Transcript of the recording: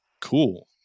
cool